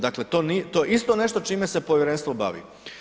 Dakle, to je isto nešto čime se povjerenstvo bavi.